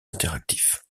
interactif